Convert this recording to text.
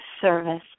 service